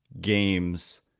games